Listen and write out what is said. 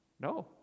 No